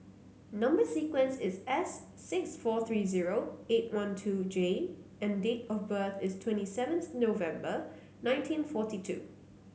number sequence is S six four three zero eight one two J and date of birth is twenty seven November nineteen forty two